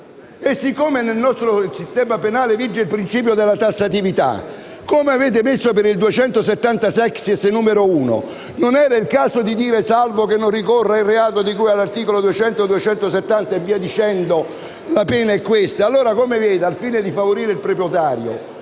Siccome nel nostro sistema penale vige il principio della tassatività, come avete fatto per il 270-*sexies*.1, non era forse il caso di aggiungere «salvo che non ricorra il reato di cui agli articoli 200 o 270 (e via dicendo), la pena è questa»? Come vede, al fine di favorire il proprietario,